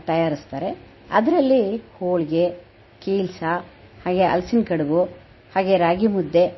ತಯಾರಿಸ್ತಾರೆ ಅದರಲ್ಲಿ ಹೋಳಿಗೆ ಕೀಲ್ಸಾ ಹಾಗೆ ಹಲ್ಸಿನ ಕಡುಬು ಹಾಗೆ ರಾಗಿ ಮುದ್ದೆ